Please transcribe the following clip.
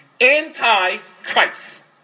Antichrist